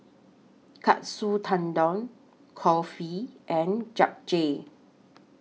Katsu Tendon Kulfi and Japchae